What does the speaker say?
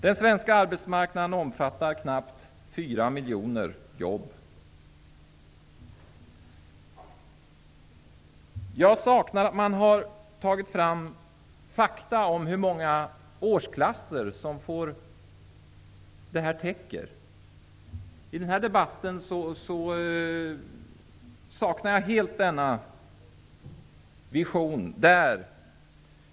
Den svenska arbetsmarknaden omfattar knappt 4 miljoner jobb. Jag saknar fakta om hur många årsklasser som dessa 4 miljoner jobb täcker. I denna debatt saknar jag helt denna vision.